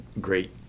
great